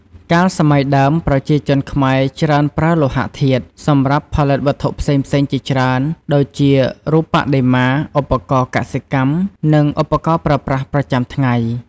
កាលសម័យដើមប្រជាជនខ្មែរច្រើនប្រើលោហធាតុ សម្រាប់ផលិតវត្ថុផ្សេងៗជាច្រើន ដូចជារូបបដិមា ឧបករណ៍កសិកម្ម និងឧបករណ៍ប្រើប្រាស់ ប្រចាំថ្ងៃ។